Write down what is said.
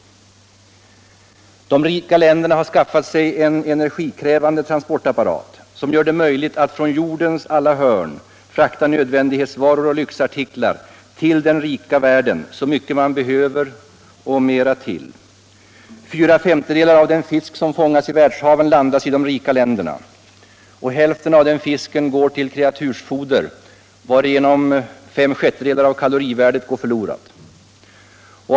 De rika länderna har skaffat sig en energikrävande transportapparat, som gör det möjligt att från jordens alla hörn frakta nödvändighetsvaror och lyxartiklar till den rika världen så mycket man behöver och mera till. Fyra femtedelar av den fisk som fångas i världshaven landas i de rika länderna. Hälften av den fisken går till kreatursfoder, varigenom fem sjättedelar av kalorivärdet går förlorat.